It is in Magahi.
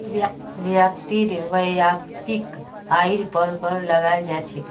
व्यक्तिर वैयक्तिक आइर पर कर लगाल जा छेक